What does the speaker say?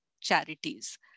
charities